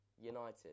United